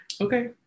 Okay